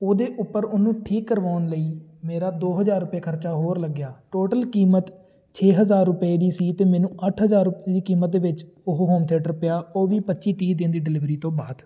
ਉਹਦੇ ਉੱਪਰ ਉਹਨੂੰ ਠੀਕ ਕਰਵਾਉਣ ਲਈ ਮੇਰਾ ਦੋ ਹਜ਼ਾਰ ਰੁਪਏ ਖਰਚਾ ਹੋਰ ਲੱਗਿਆ ਟੋਟਲ ਕੀਮਤ ਛੇ ਹਜ਼ਾਰ ਰੁਪਏ ਦੀ ਸੀ ਅਤੇ ਮੈਨੂੰ ਅੱਠ ਹਜ਼ਾਰ ਰੁਪਏ ਕੀਮਤ ਦੇ ਵਿੱਚ ਉਹ ਹੋਮ ਥਿਏਟਰ ਪਿਆ ਉਹ ਵੀ ਪੱਚੀ ਤੀਹ ਦਿਨ ਦੀ ਡਿਲੀਵਰੀ ਤੋਂ ਬਾਅਦ